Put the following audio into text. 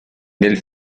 nel